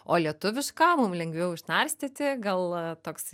o lietuvius ką mum lengviau išnarstyti gal toks